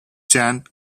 jan